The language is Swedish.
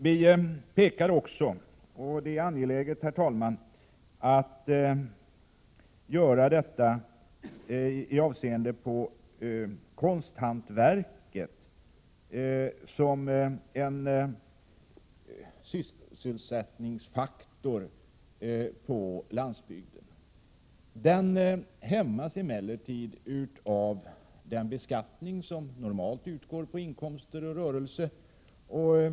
Vi pekar också — och det är angeläget att göra detta, herr talman — på konsthantverket som en sysselsättningsfaktor på landsbygden. Den hämmas emellertid av den beskattning som normalt utgår på inkomster av rörelse.